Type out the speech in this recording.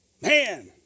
Man